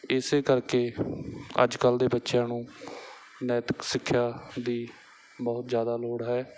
ਇਸੇ ਕਰਕੇ ਅੱਜ ਕੱਲ੍ਹ ਦੇ ਬੱਚਿਆਂ ਨੂੰ ਨੈਤਿਕ ਸਿੱਖਿਆ ਦੀ ਬਹੁਤ ਜ਼ਿਆਦਾ ਲੋੜ ਹੈ